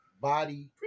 body